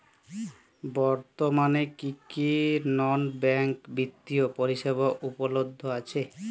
বর্তমানে কী কী নন ব্যাঙ্ক বিত্তীয় পরিষেবা উপলব্ধ আছে?